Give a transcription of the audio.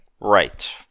Right